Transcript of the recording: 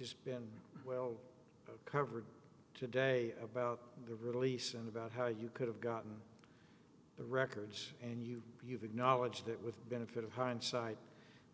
has been well covered today about the release and about how you could have gotten the records and you you've acknowledged it with benefit of hindsight